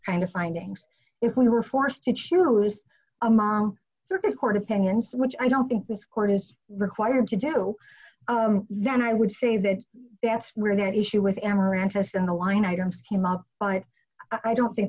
kind of findings if we were forced to choose among certain court opinions which i don't think this court is required to do then i would say that that's where that issue with amaranth test and the line items came up but i don't think